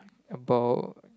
about